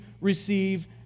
receive